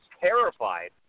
terrified